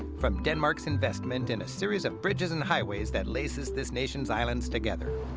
from denmark's investment in a series of bridges and highways that laces this nations's islands together.